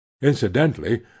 Incidentally